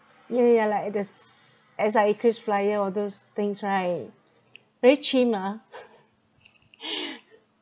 mm yeah like those S_I_A KrisFlyer all those things right very chim ah